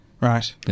Right